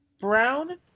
Brown